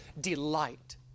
delight